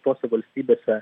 tose valstybėse